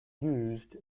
used